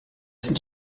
sind